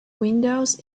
windows